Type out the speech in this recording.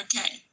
Okay